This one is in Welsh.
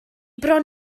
bron